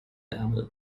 ärmel